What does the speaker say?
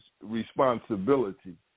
responsibility